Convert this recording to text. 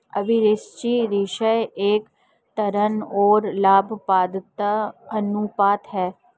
अभिरुचि रेश्यो एक ऋण और लाभप्रदता अनुपात है